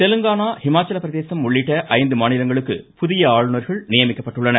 தெலுங்கானா இமாச்சலப்பிரதேசம் உள்ளிட்ட ஐந்து மாநிலங்களுக்கு புதிய ஆளுநர்கள் நியமிக்கப்பட்டுள்ளனர்